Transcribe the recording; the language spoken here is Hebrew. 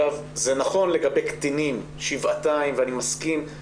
זה שבעתים נכון לגבי קטינים ואני מסכים לכך.